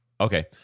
Okay